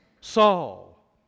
Saul